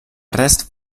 rest